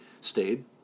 stayed